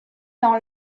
dans